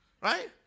right